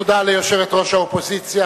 תודה ליושבת-ראש האופוזיציה,